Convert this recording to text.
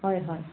হয় হয়